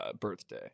birthday